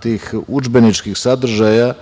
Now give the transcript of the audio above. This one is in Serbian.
tih udžbeničkih sadržaja,